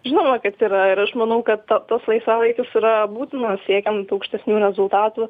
žinoma kad yra ir aš manau kad ta tas laisvalaikis yra būtinas siekiant aukštesnių rezultatų